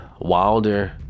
Wilder